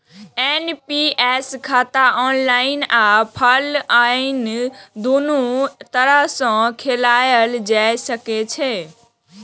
NPS खाता online आ offline, दुनू तरह सं खोलाएल जा सकैए